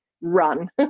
run